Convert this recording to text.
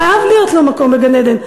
חייב להיות לו מקום בגן-עדן.